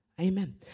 Amen